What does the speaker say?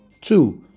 Two